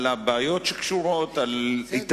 על הבעיות שקשורות בהם,